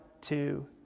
two